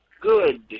good